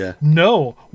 no